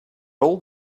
old